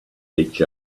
each